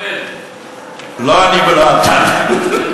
לא אני ולא אתה,